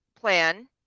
plan